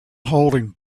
holding